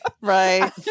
right